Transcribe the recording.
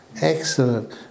Excellent